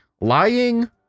Lying